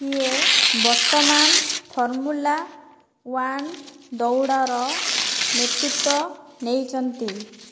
କିଏ ବର୍ତ୍ତମାନ formula one ଦୌଡ଼ର ନେତୃତ୍ୱ ନେଇଛନ୍ତି